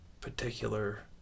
particular